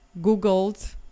googled